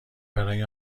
برای